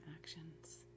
actions